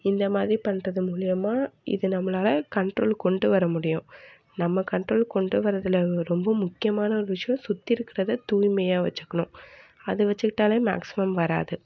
இந்த மாதிரி பண்ணுறது மூலயமா இது நம்மளால் கண்ட்ரோலுக்கு கொண்டு வர முடியும் நம்ம கண்ட்ரோலுக்கு கொண்டு வரதில் ரொம்ப முக்கியமான ஒரு விஷயம் சுற்றி இருக்கிறத தூய்மையாக வச்சிக்கணும் அது வச்சிக்கிட்டாலே மேக்சிமம் வராது